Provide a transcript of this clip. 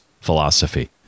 philosophy